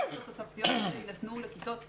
השעות התוספתיות האלה יינתנו לכיתות ב'